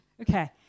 Okay